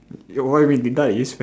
eh why we deduct is